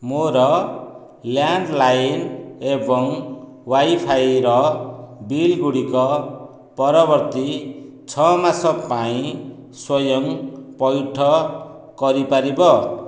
ମୋର ଲ୍ୟାଣ୍ଡ୍ଲାଇନ୍ ଏବଂ ୱାଇଫାଇର ବିଲ୍ ଗୁଡ଼ିକ ପରବର୍ତ୍ତୀ ଛଅ ମାସ ପାଇଁ ସ୍ଵୟଂ ପଇଠ କରିପାରିବ